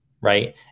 right